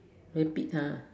very big !huh!